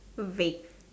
vague